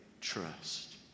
trust